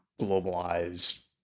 globalized